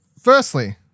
firstly